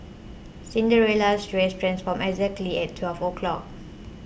Cinderella's dress transformed exactly at twelve o'clock